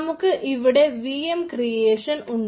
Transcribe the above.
നമുക്ക് ഇവിടെ V M creation ഉണ്ട്